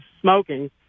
smoking